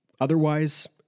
Otherwise